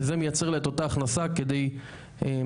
וזה מייצר לה את אותה הכנסה כדי להביא